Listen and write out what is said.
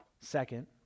Second